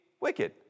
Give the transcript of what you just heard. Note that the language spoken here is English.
wicked